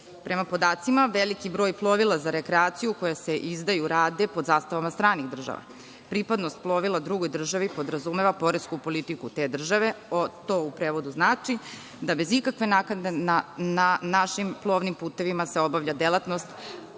Prema podacima veliki broj plovila za rekreaciju koja se izdaju rade pod zastavama stranih država. Pripadnost plovila drugoj državi podrazumeva poresku politiku te države. To u prevodu znači da bez ikakve naknade na našim plovnim putevima se obavlja delatnost